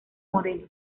modelos